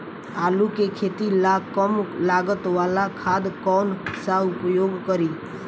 आलू के खेती ला कम लागत वाला खाद कौन सा उपयोग करी?